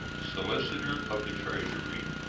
solicitor of the treasury,